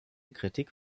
kritik